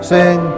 Sing